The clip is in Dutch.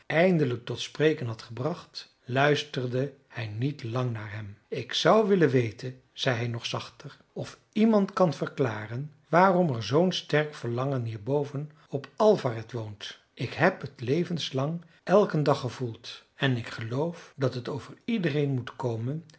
eindelijk tot spreken had gebracht luisterde hij niet lang naar hem ik zou willen weten zei hij nog zachter of iemand kan verklaren waarom er zoo'n sterk verlangen hier boven op alvaret woont ik heb het levenslang elken dag gevoeld en ik geloof dat het over iedereen moet komen